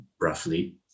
roughly